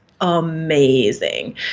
amazing